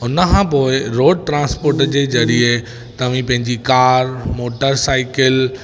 उन खां पोइ रोड ट्रांसपोट जे ज़रिए तव्हां पंहिंजी कार मोटर साइकिल